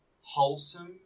wholesome